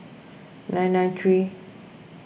nine nine three